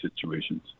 situations